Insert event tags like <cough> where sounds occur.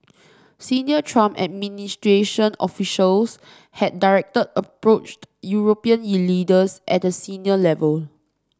Senior Trump administration officials had directly approached European <unintelligible> leaders at a senior level